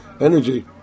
energy